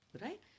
right